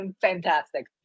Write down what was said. fantastic